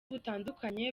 butandukanye